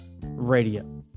radio